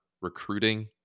recruiting